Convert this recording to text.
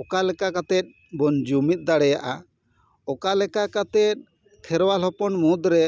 ᱚᱠᱟ ᱞᱮᱠᱟ ᱠᱟᱛᱮᱫ ᱵᱚᱱ ᱡᱩᱢᱤᱫ ᱫᱟᱲᱮᱭᱟᱜᱼᱟ ᱚᱠᱟ ᱞᱮᱠᱟ ᱠᱟᱛᱮᱫ ᱠᱷᱮᱨᱣᱟᱞ ᱦᱚᱯᱚᱱ ᱢᱩᱫᱽ ᱨᱮ